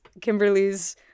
Kimberly's